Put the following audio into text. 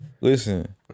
listen